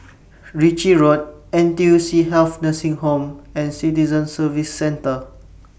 Ritchie Road N T U C Health Nursing Home and Citizen Services Centre